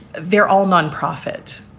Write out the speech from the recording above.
they're all nonprofit.